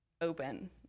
open